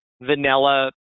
vanilla